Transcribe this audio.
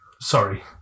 sorry